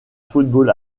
football